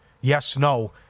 yes-no